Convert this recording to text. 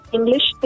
English